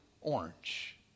orange